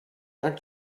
like